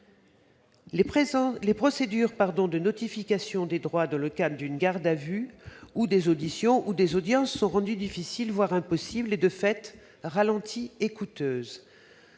Les procédures de notification des droits dans le cadre d'une garde à vue, d'audiences ou d'auditions sont rendues difficiles, voire impossibles ; de fait, elles sont